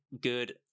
good